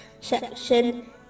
section